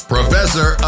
Professor